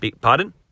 Pardon